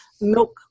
milk